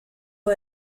who